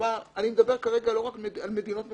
אני מדבר כרגע גם על מדינות מפותחות.